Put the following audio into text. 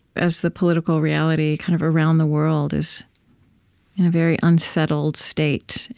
as the political reality kind of around the world is in a very unsettled state.